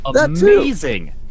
amazing